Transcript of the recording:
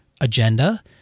agenda